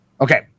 Okay